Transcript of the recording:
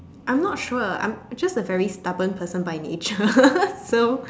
I'm not sure I'm just a very stubborn person by nature so